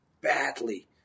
badly